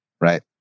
Right